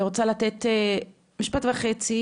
אני רוצה לתת משפט וחצי